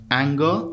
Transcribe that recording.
anger